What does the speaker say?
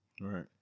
right